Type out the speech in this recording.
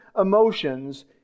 emotions